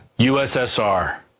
ussr